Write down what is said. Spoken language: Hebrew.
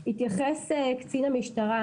התייחס קצין המשטרה.